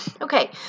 Okay